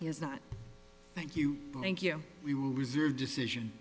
he is not thank you thank you we will reserve decision